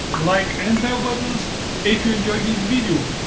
like and bell buttons if you enjoy this video.